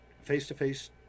face-to-face